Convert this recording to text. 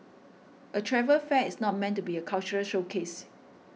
a travel fair is not meant to be a cultural showcase